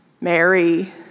Mary